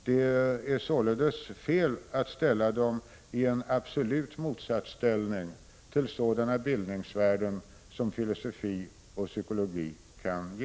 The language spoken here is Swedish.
Det är således fel att ställa dem i en absolut motsatsställning till sådana bildningsvärden som filosofi och psykologi kan ge.